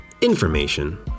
information